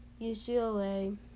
UCLA